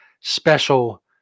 special